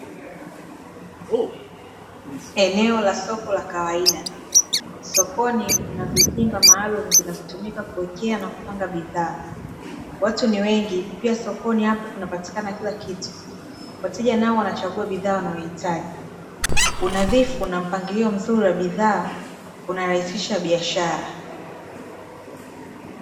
Eneo la soko la kawaida, sokoni kuna vizimba maalumu vinavyotumika kuwekea na kupanga bidhaa, watu ni wengi, pia sokoni hapo kunapatikana kila kitu. Wateja nao wanachagua bidhaa wanazohitaji, unadhifu na mpangilio mzuri wa bidhaa unarahisisha biashara.